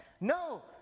No